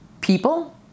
people